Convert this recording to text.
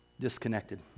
disconnected